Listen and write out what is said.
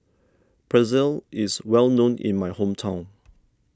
Pretzel is well known in my hometown